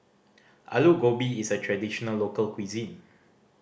Aloo Gobi is a traditional local cuisine